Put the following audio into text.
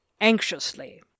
anxiously